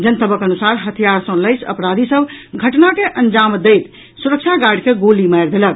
जनतबक अनुसार हथियार सँ लैस अपराधी सभ घटना के अंजाम दैत सुरक्षा गार्ड के गोली मारि देलक